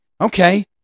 Okay